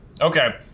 Okay